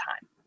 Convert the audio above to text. time